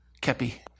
kepi